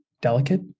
delicate